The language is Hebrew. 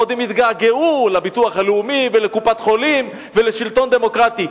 עוד הם יתגעגעו לביטוח הלאומי ולקופת-חולים ולשלטון דמוקרטי.